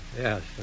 Yes